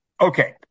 Okay